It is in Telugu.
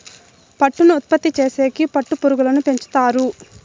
పట్టును ఉత్పత్తి చేసేకి పట్టు పురుగులను పెంచుతారు